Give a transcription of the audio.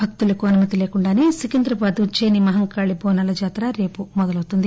భక్తులకు అనుమతి లేకుండానే సికింద్రాబాద్ ఉజ్ఞయిని మహంకాళి బోనాల జాతర రేపు మొదలవుతుంది